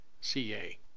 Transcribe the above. CA